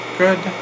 good